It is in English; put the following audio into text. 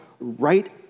right